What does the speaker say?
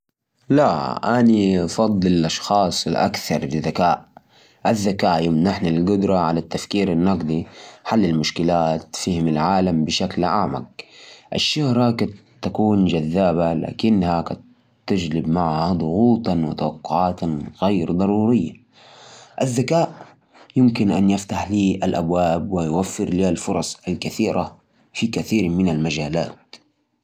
والله يا أخوي، إذا كان الإختيار بين الشهرة والذكاء، فأنا أختار الذكاء. أكيد لأن الذكاء هو اللي يفتح لك أبواب جديدة ويخليك تفهم الأمور بشكل أعمق. والشهرة، كويسة، بس ممكن تكون عابرة، لكن الذكاء يبقى معاك ويخليك تنجح في الحياة.